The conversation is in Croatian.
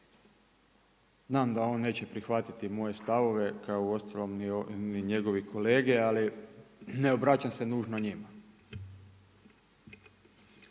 Znam da on neće prihvatiti moje stavove kao ni uostalom ni njegovi kolege ali ne obraćam se nužno njima.